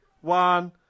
One